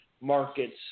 markets